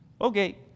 Okay